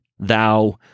Thou